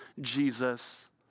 Jesus